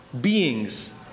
beings